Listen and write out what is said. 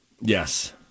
Yes